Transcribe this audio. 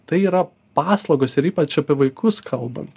tai yra paslaugos ir ypač apie vaikus kalbant